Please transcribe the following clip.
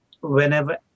whenever